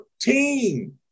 team